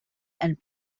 and